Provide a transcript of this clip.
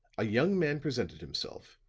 a young man presented himself,